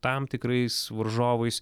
tam tikrais varžovais